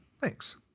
Thanks